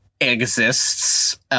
exists